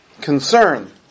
concern